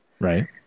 Right